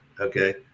Okay